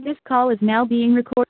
this call is now being recorded